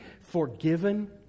forgiven